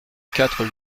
quatre